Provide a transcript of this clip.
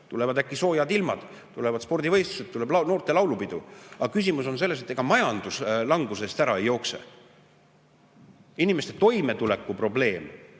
Tulevad äkki soojad ilmad, tulevad spordivõistlused, tuleb noorte laulupidu. Aga küsimus on selles, et ega majanduslanguse eest ära ei jookse. Inimeste toimetulekuprobleem